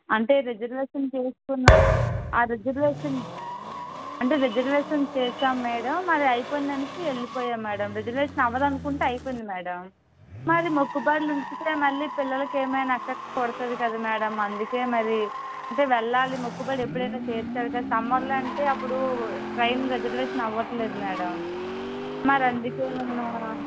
అంటే రిజర్వేషన్ చేయిస్తున్న ఆ రిజర్వేషన్ అంటే రిజర్వేషన్ చేసాం మేడం అది అయిపోయింది అని వెళ్ళిపోయాం మేడం రిజర్వేషన్ అవ్వదు అనుకుంటే అయిపోయింది మేడం మరి మొక్కుబళ్ళు ఉంచితే మళ్ళీ పిల్లలకి ఏమన్నా ఎఫెక్ట్ కొడతుంది కదా మేడం అందుకే మరి అంటే వెళ్ళాలి మొక్కుబడి ఎప్పుడైనా తీర్చాలి కదా సమ్మర్లో అంటే అప్పుడు ట్రైన్ రిజర్వేషన్ అవ్వట్లేదు మేడం మరి అందుకే కదా